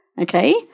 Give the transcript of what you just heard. okay